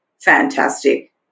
fantastic